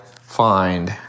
find